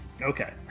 Okay